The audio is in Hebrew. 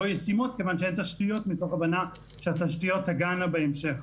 ישימות בגלל שאין תשתיות מתוך הבנה שהתשתיות תגענה בהמשך.